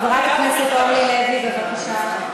חברת הכנסת אורלי לוי, בבקשה.